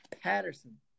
Patterson